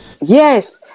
Yes